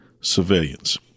civilians